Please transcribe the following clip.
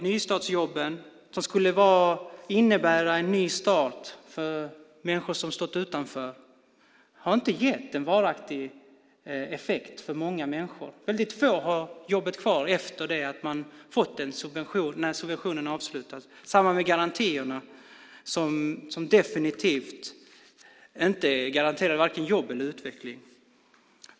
Nystartsjobben som skulle innebära en ny start för människor som stått utanför har inte gett en varaktig effekt för många människor. Väldigt få har jobbet kvar efter det att subventionen avslutats. Det är samma sak med garantierna, som definitivt inte garanterar vare sig jobb eller utveckling.